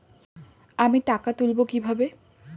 আমি টাকা তুলবো কি ভাবে?